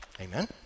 Amen